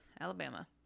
alabama